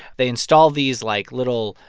they install these, like, little,